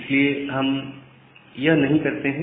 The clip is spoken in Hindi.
इसलिए हम यह नहीं करते हैं